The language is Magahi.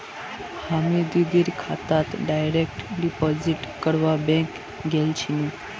हामी दीदीर खातात डायरेक्ट डिपॉजिट करवा बैंक गेल छिनु